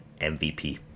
MVP